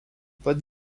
pat